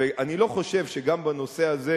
ואני לא חושב שגם בנושא הזה,